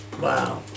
wow